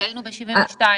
היינו ב-72,000,